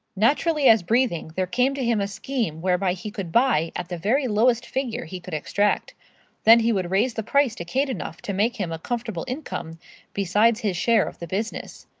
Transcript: naturally as breathing, there came to him a scheme whereby he could buy at the very lowest figure he could extract then he would raise the price to kate enough to make him a comfortable income besides his share of the business.